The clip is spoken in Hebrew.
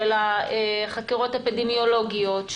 של חקירות אפידמיולוגיות,